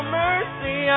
mercy